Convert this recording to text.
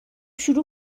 شروع